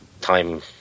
time